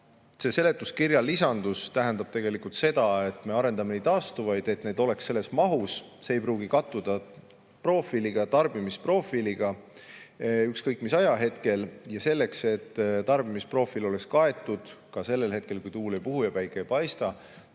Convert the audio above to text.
see seletuskirja lisandus tähendab tegelikult seda, et me arendame taastuvaid, et neid oleks selles mahus. See ei pruugi kattuda tarbimisprofiiliga ükskõik mis ajahetkel, aga selleks, et tarbimisprofiil oleks kaetud ka siis, kui tuul ei puhu ja päike ei paista,